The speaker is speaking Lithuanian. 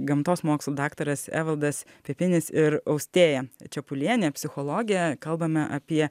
gamtos mokslų daktaras evaldas pipinis ir austėja čepulienė psichologė kalbame apie